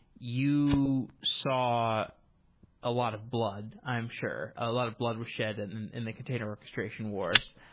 you saw a lot of blood, i'm sure. a lot of blood was shed and in the container orches tration wars.